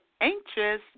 anxious